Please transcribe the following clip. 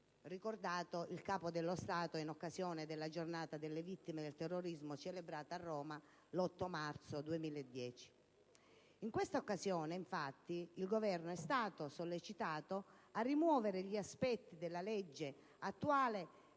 ricordato anche il Capo dello Stato in occasione della giornata delle vittime del terrorismo, celebrata a Roma in data 9 maggio 2010. In questa occasione, il Governo è stato sollecitato a rimuovere gli aspetti della legge attuale